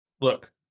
Look